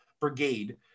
brigade